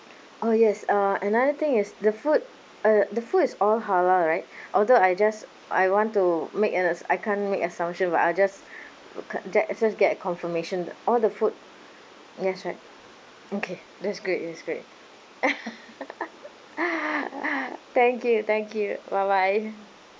oh yes uh another thing is the food uh the food is all halal right although I just I want to make an I can't make assumption but I'll just ca~ just just get a confirmation all the food yes right okay that's great that's great thank you thank you bye bye